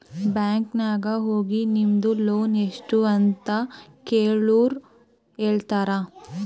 bank ನಾಗ್ ಹೋಗಿ ನಿಮ್ದು ಲೋನ್ ಎಸ್ಟ್ ಅದ ಅಂತ ಕೆಳುರ್ ಹೇಳ್ತಾರಾ